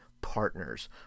partners